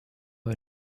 bei